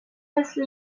مثل